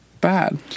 bad